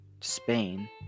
Spain